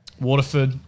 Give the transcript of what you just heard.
Waterford